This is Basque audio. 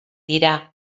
dira